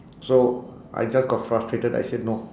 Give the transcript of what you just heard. so I just got frustrated I said no